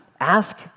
ask